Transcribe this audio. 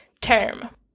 term